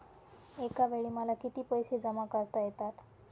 एकावेळी मला किती पैसे जमा करता येतात?